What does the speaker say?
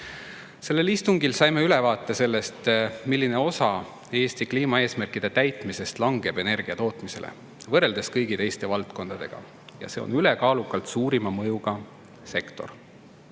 Sellel istungil saime ülevaate sellest, milline osa Eesti kliimaeesmärkide täitmisest langeb energiatootmisele võrreldes kõigi teiste valdkondadega. See on ülekaalukalt suurima mõjuga sektor.